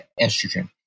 estrogen